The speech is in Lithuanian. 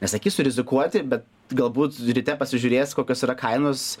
nesakysiu rizikuoti bet galbūt ryte pasižiūrės kokios yra kainos